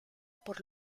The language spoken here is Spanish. por